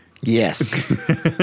Yes